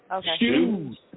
Shoes